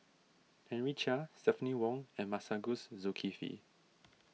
Henry Chia Stephanie Wong and Masagos Zulkifli